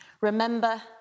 remember